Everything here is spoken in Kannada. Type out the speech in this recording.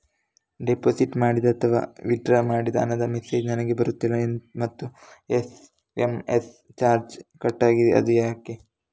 ಡೆಪೋಸಿಟ್ ಮಾಡಿದ ಅಥವಾ ವಿಥ್ಡ್ರಾ ಮಾಡಿದ ಹಣದ ಮೆಸೇಜ್ ನನಗೆ ಬರುತ್ತಿಲ್ಲ ಮತ್ತು ಎಸ್.ಎಂ.ಎಸ್ ಚಾರ್ಜ್ ಕಟ್ಟಾಗಿದೆ ಅದು ಯಾಕೆ?